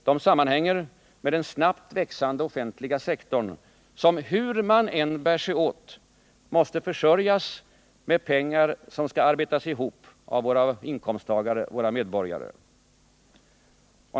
De sammanhänger med den snabbt växande offentliga sektorn, som — hur man än bär sig åt — måste försörjas med pengar som skall arbetas ihop av våra inkomsttagare, våra medborgare.